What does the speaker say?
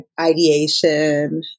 ideation